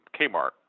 Kmart